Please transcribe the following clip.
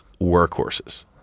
workhorses